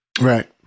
Right